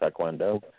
Taekwondo